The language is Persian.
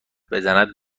بزند